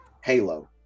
halo